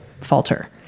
falter